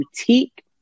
boutique